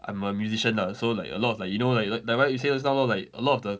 I'm a musician lah so like a lot of like you know like like like what you say just now lor like a lot of the